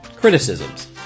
criticisms